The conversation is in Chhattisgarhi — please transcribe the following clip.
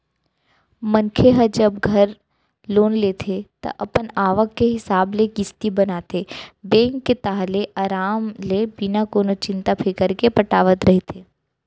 मनखे ह जब घर लोन लेथे ता अपन आवक के हिसाब ले किस्ती बनाथे बेंक के ताहले अराम ले बिना कोनो चिंता फिकर के पटावत रहिथे